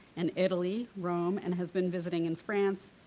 and italy, rome, and has been visiting in france,